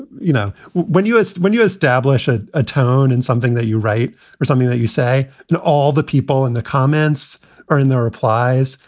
you know, when you when you establish and a tone and something that you write or something that you say and all the people in the comments or in their replies,